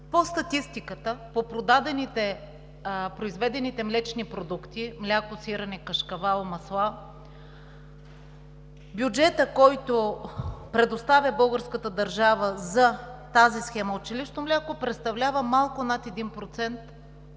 по статистиката, по произведените млечни продукти – мляко, сирене, кашкавал, масла. Бюджетът, който предоставя българската държава за тази схема – „Училищно мляко“, представлява малко над 1%